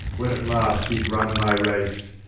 when at last is run my race.